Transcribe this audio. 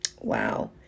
Wow